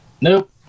nope